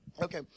Okay